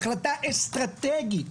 החלטה אסטרטגית